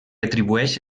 atribueix